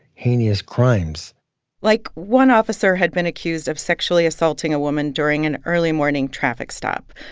heinous crimes like, one officer had been accused of sexually assaulting a woman during an early morning traffic stop.